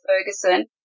Ferguson